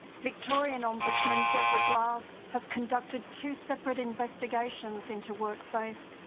victorian ombudsman deborah glass has conducted two separate investigations into worksafe.